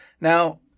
Now